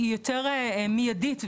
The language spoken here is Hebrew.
היא יותר מיידית.